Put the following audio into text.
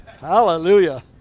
hallelujah